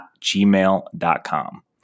gmail.com